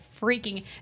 freaking